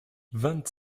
vingt